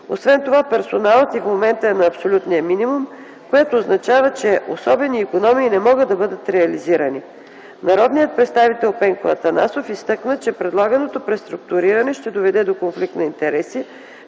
Освен това персоналът и в момента е на абсолютния минимум, което означава, че особени икономии не могат да бъдат реализирани. Народният представител Пенко Атанасов изтъкна, че предлаганото преструктуриране ще доведе до конфликт на интереси,